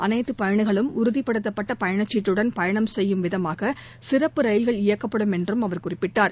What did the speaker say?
அனைத்து பயணிகளும் உறுதிப்படுத்தப்பட்ட பயணச்சீட்டுடன் பயணம் செய்யும் விதமாக சிறப்பு ரயில்கள் இயக்கப்படும் என்றும் அவர் குறிப்பிட்டார்